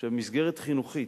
שבמסגרת חינוכית,